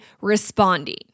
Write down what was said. responding